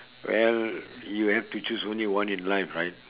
well you have to choose only one in life right